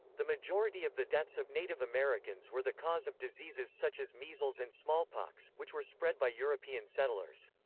the majority of the deaths of native americans were the cause of diseases such as measles and smallpox, which were spread by european settlers.